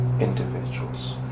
Individuals